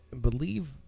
believe